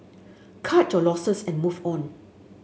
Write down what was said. cut your losses and move on